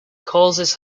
causes